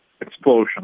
explosion